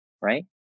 Right